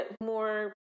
more